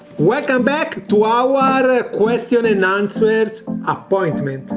welcome back to our question and answers appointment